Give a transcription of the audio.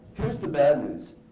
here's the bad news.